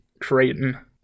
Creighton